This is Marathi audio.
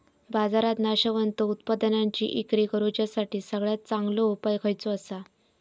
बाजारात नाशवंत उत्पादनांची इक्री करुच्यासाठी सगळ्यात चांगलो उपाय खयचो आसा?